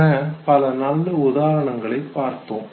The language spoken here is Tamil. இதற்கென பல நல்ல உதாரணங்களைப் பார்த்தோம்